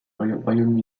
royaume